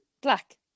Black